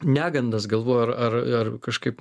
negandas galvoju ar ar kažkaip